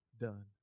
done